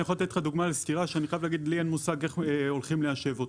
אני יכול לתת לך דוגמה לסתירה שלי אין מושג איך הולכים ליישב אותה.